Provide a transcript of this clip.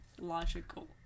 Logical